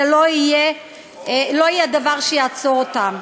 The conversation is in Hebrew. לא יהיה דבר שיעצור אותם.